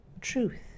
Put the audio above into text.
truth